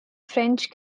french